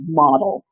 model